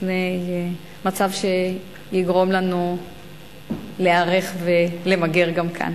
בפני מצב שיגרום לנו להיערך ולמגר גם כאן.